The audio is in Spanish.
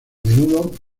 menudo